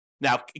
Now